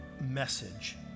message